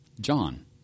John